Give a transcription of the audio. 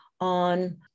on